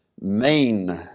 main